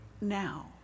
now